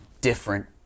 different